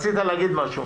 בבקשה.